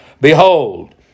behold